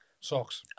Socks